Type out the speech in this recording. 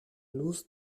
luz